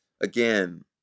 again